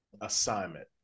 assignment